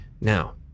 now